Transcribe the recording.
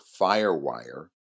FireWire